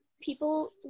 people